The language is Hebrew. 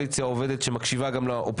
עכשיו הוא אחראי על הזהות היהודית, לא?